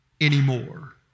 anymore